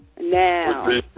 Now